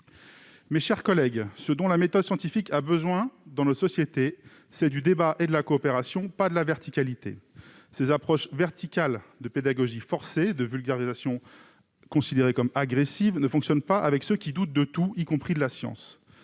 Mes chers collègues, ce dont la méthode scientifique a besoin dans notre société, c'est du débat et de la coopération, pas de la verticalité. Ces approches « verticales » de pédagogie forcée et de vulgarisation agressive ne fonctionnent pas avec ceux qui doutent de tout, y compris de la science.